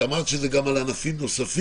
את אמרת שזה גם על ענפים נוספים.